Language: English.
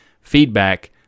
feedback